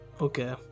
okay